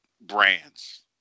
brands